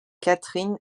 catherine